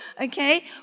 Okay